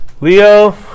Leo